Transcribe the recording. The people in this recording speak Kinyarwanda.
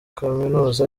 kaminuza